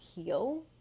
heal